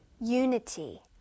unity